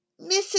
Mrs